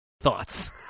Thoughts